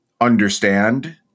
understand